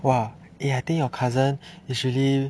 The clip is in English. !wah! eh I think your cousin usually